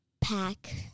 pack